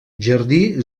jardí